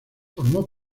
formó